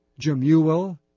Jemuel